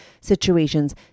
situations